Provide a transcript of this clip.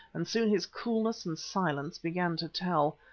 and soon his coolness and silence began to tell.